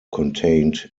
contained